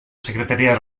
secretaria